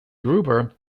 gruber